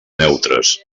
neutres